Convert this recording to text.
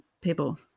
people